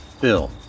bill